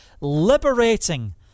liberating